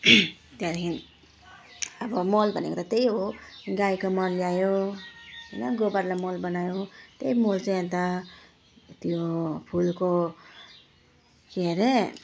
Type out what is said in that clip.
त्यहाँदेखि अब मल भनेको त त्यही हो गाईको मल ल्यायो होइन गोबरलाई मल बनायो त्यही मल चाहिँ अन्त त्यो फुलको के अरे